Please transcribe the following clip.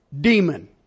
demon